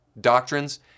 doctrines